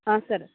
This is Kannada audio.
ಹಾಂ ಸರ್